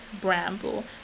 bramble